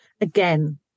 Again